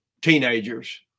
teenagers